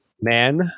man